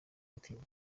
gutinya